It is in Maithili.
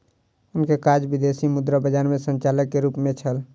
हुनकर काज विदेशी मुद्रा बजार में संचालक के रूप में छल